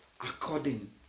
According